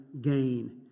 gain